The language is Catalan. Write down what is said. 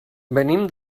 venim